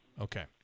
Okay